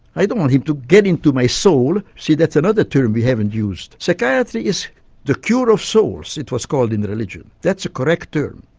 i don't want him to get into my soul see that's another term we haven't used. psychiatry is the curer of souls it was called in the religion that's a correct term.